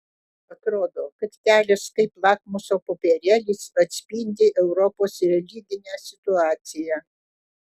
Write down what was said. atrodo kad kelias kaip lakmuso popierėlis atspindi europos religinę situaciją